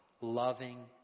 loving